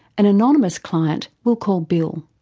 an anonymous client we'll call bill.